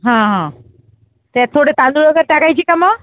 हां हां त्यात थोडे तांदूळ वगैरे टाकायची का मग